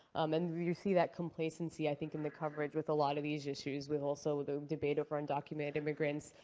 um and you see that complacency, i think, in the coverage with a lot of these issues with also the debate over undocumented immigrants.